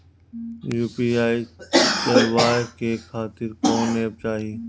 UPI चलवाए के खातिर कौन एप चाहीं?